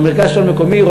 במרכז השלטון המקומי,